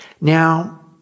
Now